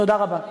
תודה רבה.